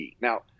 now